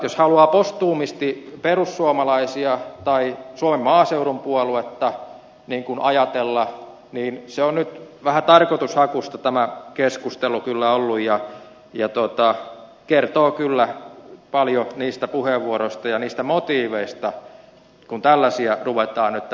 jos haluaa postuumisti perussuomalaisia tai suomen maaseudun puoluetta ajatella niin tämä keskustelu on nyt kyllä vähän tarkoitushakuista ollut ja kertoo kyllä paljon niistä puheenvuoroista ja niistä motiiveista kun tällaisia ruvetaan nyt tähän heittelemään